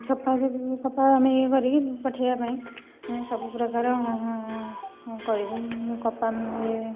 ସଫା ଆମେ କପା ଇଏ କରିକି ପଠାଇବା ପାଇଁ ସବୁ ପ୍ରକାର କରିବୁ କପା ଇଏ